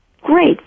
Great